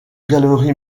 galerie